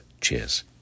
Cheers